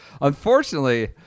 Unfortunately